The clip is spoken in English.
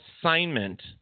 assignment